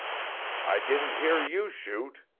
i didn't hear you shoot,